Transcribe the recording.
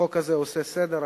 החוק הזה עושה סדר,